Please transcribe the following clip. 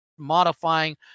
Modifying